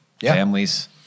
Families